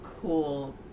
cool